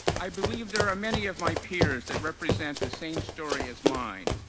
i believe there are many of my peers that represent the same story as mine,